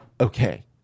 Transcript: okay